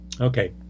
Okay